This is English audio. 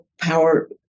power